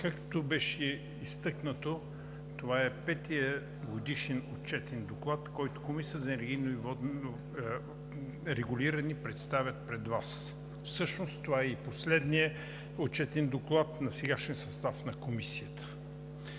Както беше изтъкнато, това е петият Годишен отчетен доклад, който Комисията за енергийно и водно регулиране представя пред Вас. Всъщност, това е и последният отчет доклад на сегашния състав на Комисията.